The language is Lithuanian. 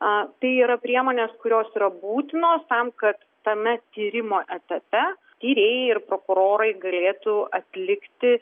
tai yra priemonės kurios yra būtinos tam kad tame tyrimo etape tyrėjai ir prokurorai galėtų atlikti